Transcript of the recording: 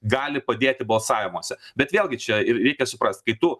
gali padėti balsavimuose bet vėlgi čia ir reikia suprast kai tu